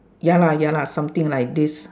ya lah ya lah something like this